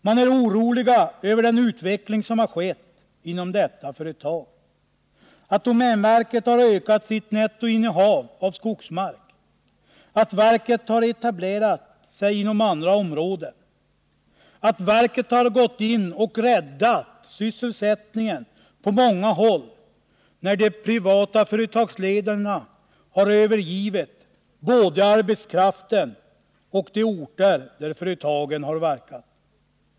Man är orolig över den utveckling som har skett inom detta företag: att domänverket har ökat sitt nettoinnehav av skogsmark, att verket har etablerat sig inom andra områden samt att verket har gått in och räddat sysselsättningen på många håll när de privata företagsledarna har övergivit både arbetskraften och de orter där företagen har verkat.